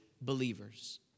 believers